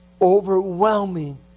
overwhelming